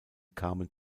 kamen